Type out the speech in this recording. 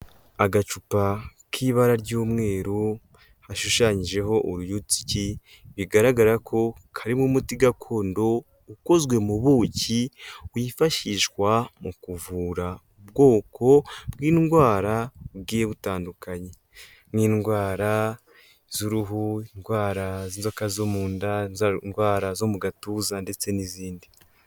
Agacupa k'ibara ry'umweru hashushanyijeho uruyuki bigaragara ko karimo umuti gakondo ukozwe mu buki wifashishwa mu kuvura bwoko bw'indwara bwi butandukanye n'indwara z'uruhu indwara z'inzoka zo mu nda indwara zo mu gatuza ndetse n'izindi.